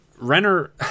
Renner